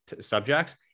subjects